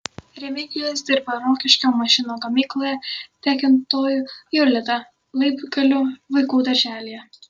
remigijus dirba rokiškio mašinų gamykloje tekintoju jolita laibgalių vaikų darželyje